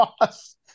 lost